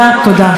תודה.